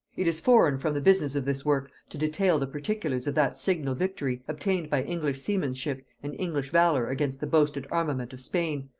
it is foreign from the business of this work to detail the particulars of that signal victory obtained by english seamanship and english valor against the boasted armament of spain,